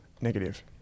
negative